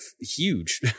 huge